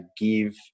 give